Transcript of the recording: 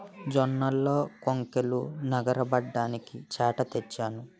జొన్నల్లో కొంకుల్నె నగరబడ్డానికి చేట తెచ్చాను